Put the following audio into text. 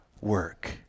work